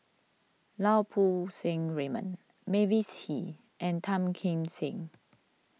Lau Poo Seng Raymond Mavis Hee and Tan Kim Seng